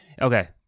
Okay